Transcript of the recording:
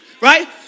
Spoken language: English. right